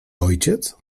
ojciec